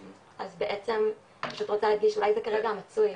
אז בעצם אני פשוט רוצה להדגיש שזה כרגע המצוי.